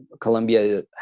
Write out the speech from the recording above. Colombia